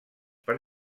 per